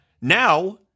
now